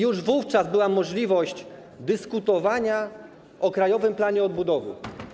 Już wówczas była możliwość dyskutowania o Krajowym Planie Odbudowy.